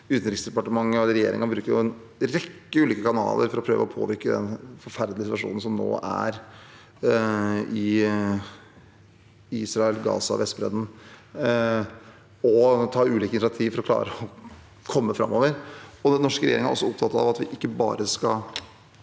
Utenriksdepartementet og regjeringen bruker en rekke ulike kanaler for å prøve å påvirke den forferdelige situasjonen som nå er i Israel, i Gaza og på Vestbredden, og tar ulike initiativer for å klare å komme framover. Den norske regjeringen er også opptatt av at vi ikke bare skal